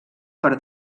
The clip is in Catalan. per